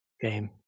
game